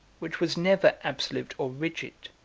which was never absolute or rigid,